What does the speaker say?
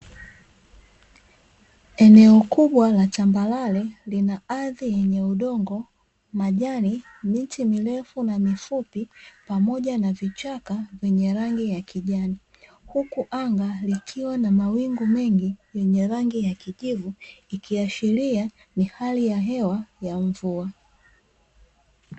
Sehemu ambayo imejaa miti mingi imejengewa vizuri na kutengenezawa na hali ya usafi ,Na ndani yake yamewekwa maji maalumu ambayo yanawasaidia wale wote wanao fika kuogelea na kuyafurahia mazingira.